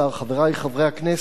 חברי חברי הכנסת,